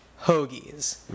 Hoagies